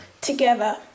Together